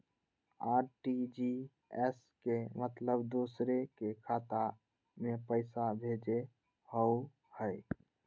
RTGS के मतलब दूसरे के खाता में पईसा भेजे होअ हई?